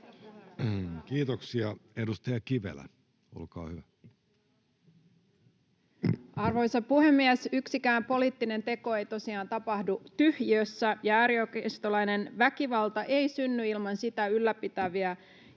Kiitoksia. — Edustaja Kivelä, olkaa hyvä. Arvoisa puhemies! Yksikään poliittinen teko ei tosiaan tapahdu tyhjiössä, ja äärioikeistolainen väkivalta ei synny ilman sitä ylläpitävää